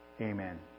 Amen